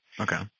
Okay